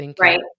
right